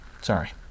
Sorry